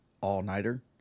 all-nighter